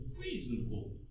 reasonable